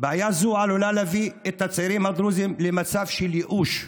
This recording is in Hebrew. בעיה זו עלולה להביא את הצעירים הדרוזים למצב של ייאוש.